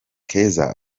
keza